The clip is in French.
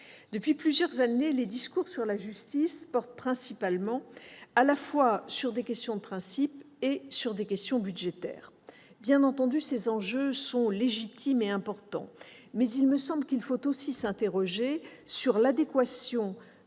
Depuis plusieurs années, les discours sur la justice portent essentiellement sur des questions de principe et sur des questions budgétaires. Évidemment, ces enjeux sont légitimes et importants. Mais il faut aussi s'interroger sur l'adéquation de